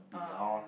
um